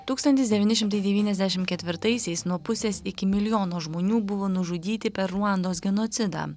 tūkstantis devyni šimtai devyniasdešimt ketvirtaisiais nuo pusės iki milijono žmonių buvo nužudyti per ruandos genocidą